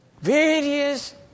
various